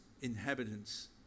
inhabitants